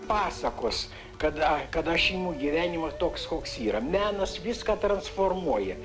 pasakos kada kad aš imu gyvenimas toks koks yra menas viską transformuoja